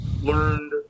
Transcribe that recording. learned